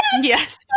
Yes